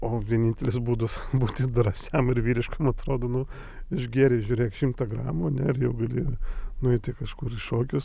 o vienintelis būdas būti drąsiam ir vyriškam atrodo nu išgėrei žiūrėk šimtą gramų ane ir jau gali nueiti kažkur į šokius